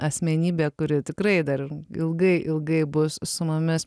asmenybė kuri tikrai dar ilgai ilgai bus su mumis